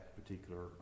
particular